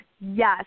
Yes